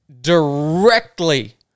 directly